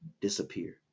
disappear